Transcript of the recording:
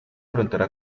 frontera